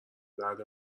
درد